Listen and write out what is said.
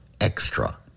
Extra